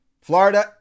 Florida